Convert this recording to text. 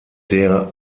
der